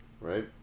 right